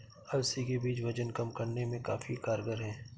अलसी के बीज वजन कम करने में काफी कारगर है